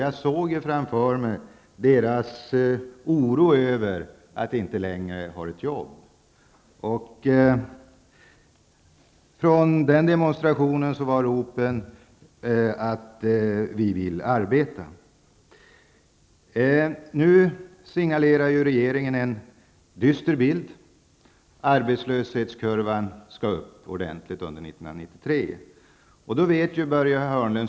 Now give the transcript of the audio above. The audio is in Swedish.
Jag såg framför mig deras oro över att inte längre ha ett jobb. Från den demonstrationen var ropen: Vi vill arbeta! Nu signalerar regeringen en dyster bild. Arbetslöshetskurvan skall upp ordentligt under 1993.